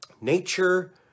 nature